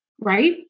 right